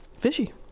Fishy